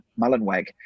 Mullenweg